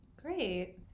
Great